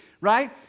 right